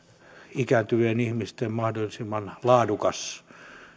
ikääntyvien ihmisten mahdollisimman laadukas